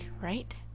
right